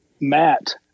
Matt